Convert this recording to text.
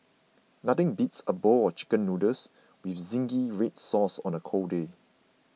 nothing beats a bowl of Chicken Noodles with Zingy Red Sauce on a cold day